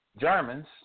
Germans